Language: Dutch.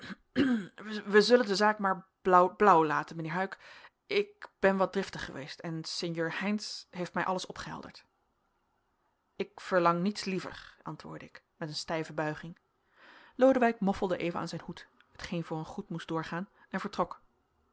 wij zullen de zaken maar blauw blauw laten mijnheer huyck ik ben wat driftig geweest en sinjeur heynsz heeft mij alles opgehelderd ik verlang niets liever antwoordde ik met een stijve buiging lodewijk moffelde even aan zijn hoed t geen voor een groet moest doorgaan en vertrok